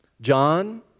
John